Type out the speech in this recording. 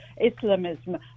islamism